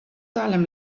salem